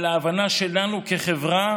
על ההבנה שלנו כחברה.